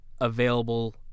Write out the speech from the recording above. available